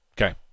Okay